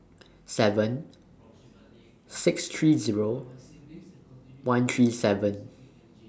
seven six three Zero one three seven